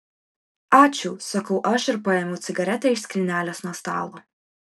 ačiū sakau aš ir paėmiau cigaretę iš skrynelės nuo stalo